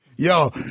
Yo